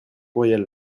courriel